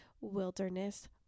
Wilderness